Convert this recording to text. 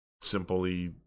Simply